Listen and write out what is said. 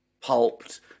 pulped